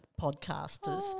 podcasters